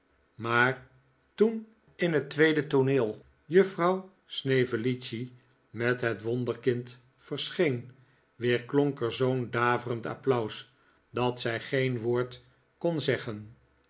maar toen in het tweede tooneel juffrouw snevellicci met het wonderkind verscheen weerklonk er zoo'n daverend applaus dat zij geen woord kon zeggen